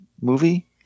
movie